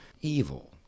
evil